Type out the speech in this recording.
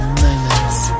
moments